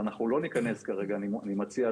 ואני מציע,